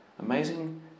Amazing